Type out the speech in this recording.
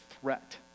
threat